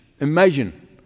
Imagine